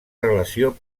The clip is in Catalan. relació